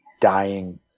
dying